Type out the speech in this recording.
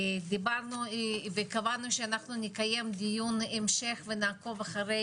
דיברנו וקבענו שאנחנו נקיים דיון המשך ונעקוב אחרי